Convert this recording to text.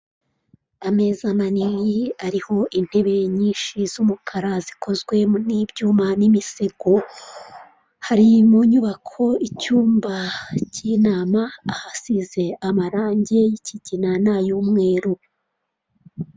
Aya n'ameza ari mu nzu, bigaragara ko aya meza ari ayokuriho arimo n'intebe nazo zibaje mu biti ariko aho bicarira hariho imisego.